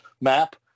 map